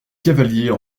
cavaliers